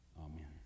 amen